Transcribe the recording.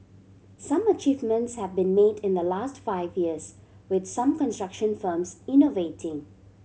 some achievements have been made in the last five years with some construction firms innovating